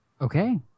Okay